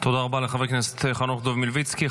תודה רבה לחבר הכנסת חנוך דב מלביצקי.